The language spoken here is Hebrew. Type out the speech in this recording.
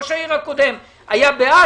ראש העיר הקודם היה בעד?